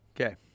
Okay